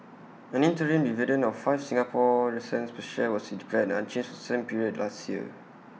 an interim dividend of five Singapore recent per share was declared unchanged the same period last year